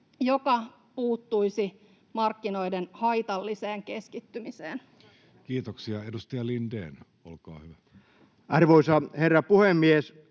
joka puuttuisi markkinoiden haitalliseen keskittymiseen. Kiitoksia. — Edustaja Lindén, olkaa hyvä. Arvoisa herra puhemies!